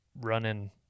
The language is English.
running